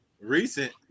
Recent